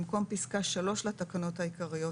במקום פסקה (3) לתקנות העיקריות,